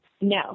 No